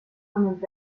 und